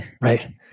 right